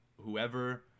Whoever